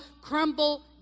crumble